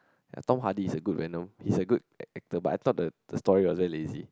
Tom-Hardy is a good venom he was a good actor but I thought the the story was very lazy